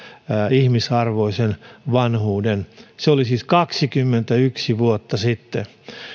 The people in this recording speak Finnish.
ihmisarvoisen vanhuuden se oli siis kaksikymmentäyksi vuotta sitten